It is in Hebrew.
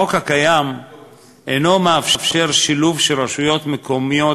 החוק הקיים אינו מאפשר שילוב של רשויות מקומיות